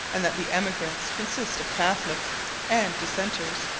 and that the emigrants consist of catholics and dissenters,